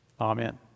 Amen